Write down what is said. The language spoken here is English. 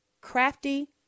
crafty